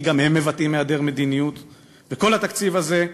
אתם הולכים להצביע כאן על תקציב לא נכון,